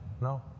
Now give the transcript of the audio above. no